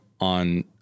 on